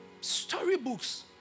storybooks